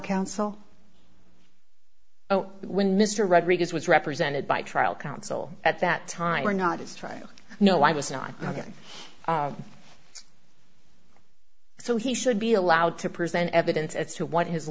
counsel when mr rodriguez was represented by trial counsel at that time or not his trial no i was not going so he should be allowed to present evidence as to what his